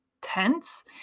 tense